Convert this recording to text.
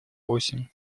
восемь